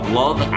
love